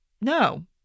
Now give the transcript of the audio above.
no